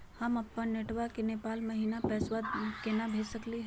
हम अपन बेटवा के नेपाल महिना पैसवा केना भेज सकली हे?